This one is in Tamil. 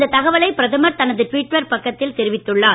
இந்த தகவலை பிரதமர் தனது ட்விட்டர் பக்கத்தில் தெரிவித்துள்ளார்